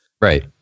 Right